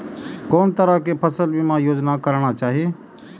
कोन तरह के फसल बीमा योजना कराना चाही?